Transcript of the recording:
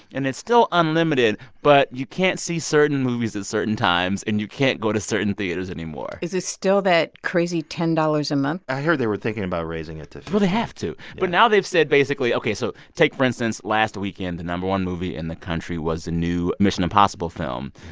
and it's still unlimited, but you can't see certain movies at certain times, and you can't go to certain theaters anymore is it still that crazy ten dollars a month? i heard they were thinking about raising it to fifteen point well, they have to. but now they've said, basically ok, so take, for instance, last weekend, the no. one movie in the country was the new mission impossible film.